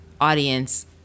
audience